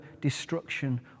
destruction